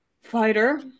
fighter